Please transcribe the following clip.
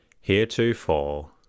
Heretofore